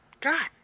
god